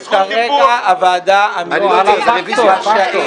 כרגע הוועדה המקצועית רשאית